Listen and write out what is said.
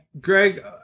Greg